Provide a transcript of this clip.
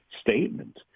statement